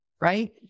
right